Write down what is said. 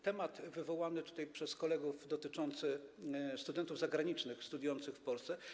Temat wywołany tutaj przez kolegów, dotyczący studentów zagranicznych, studiujących w Polsce.